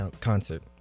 concert